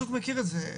הוא מכיר את זה,